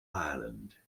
ireland